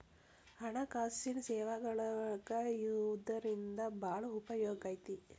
ಹಣ್ಕಾಸಿನ್ ಸೇವಾಗಳೊಳಗ ಯವ್ದರಿಂದಾ ಭಾಳ್ ಉಪಯೊಗೈತಿ?